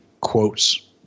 quotes